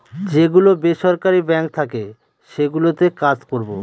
যে গুলো বেসরকারি বাঙ্ক থাকে সেগুলোতে কাজ করবো